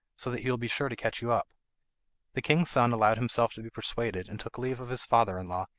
so that he will be sure to catch you up the king's son allowed himself to be persuaded and took leave of his father-in-law,